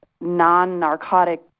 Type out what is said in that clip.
non-narcotic